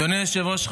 אדוני היושב-ראש,